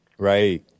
Right